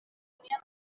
tenien